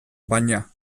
baina